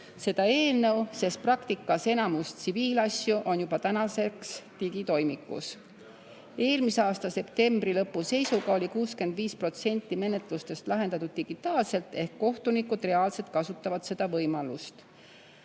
seda eelnõu, sest praktikas enamik tsiviilasju on juba tänaseks digitoimikus. Eelmise aasta septembri lõpu seisuga oli 65% menetlustest lahendatud digitaalselt ehk kohtunikud reaalselt kasutavad seda võimalust.